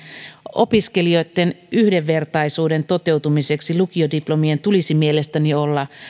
opiskelijoitten yhdenvertaisuuden toteutumiseksi lukiodiplomien tulisi mielestäni olla